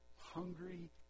hungry